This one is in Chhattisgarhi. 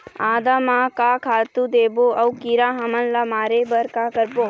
आदा म का खातू देबो अऊ कीरा हमन ला मारे बर का करबो?